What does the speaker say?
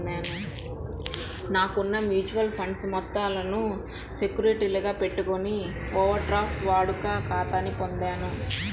నాకున్న mutual funds మొత్తాలను సెక్యూరిటీలుగా పెట్టుకొని ఓవర్ డ్రాఫ్ట్ వాడుక ఖాతాని పొందాను